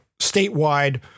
statewide